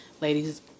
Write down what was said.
Ladies